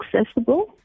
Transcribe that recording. accessible